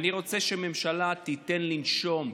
אני רוצה שהממשלה תיתן לנשום,